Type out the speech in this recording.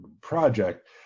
project